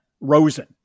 Rosen